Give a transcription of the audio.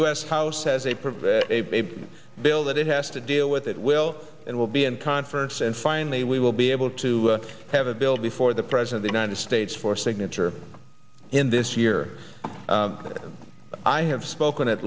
s house has a pretty a bill that it has to deal with it will and will be in conference and finally we will be able to have a bill before the president the united states for signature in this year i have spoken at